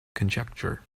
conjecture